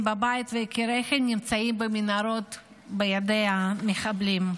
בבית ויקיריכם נמצאים במנהרות בידי המחבלים,